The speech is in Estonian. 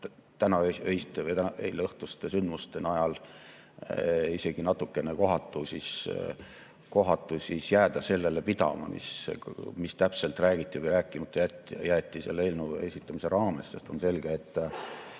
tänaöiste või eileõhtuste sündmuste juures isegi natuke kohatu jääda sellele pidama, mida täpselt räägiti või rääkimata jäeti selle eelnõu esitamisega seoses. On selge, et